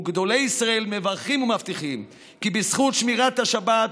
וגדולי ישראל מברכים ומבטיחים כי בזכות שמירת השבת